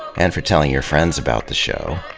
and for telling your friends about the show.